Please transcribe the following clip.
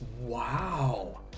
Wow